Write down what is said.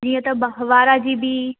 जीअं त बाह ॿारहं जीबी